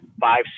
five